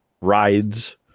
rides